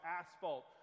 asphalt